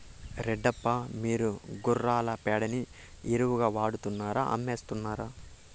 రెడ్డప్ప, మీరు గుర్రాల పేడని ఎరువుగా వాడుతున్నారా అమ్మేస్తున్నారా